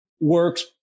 works